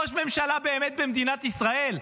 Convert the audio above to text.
אין באמת ראש ממשלה במדינת ישראל.